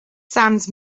sands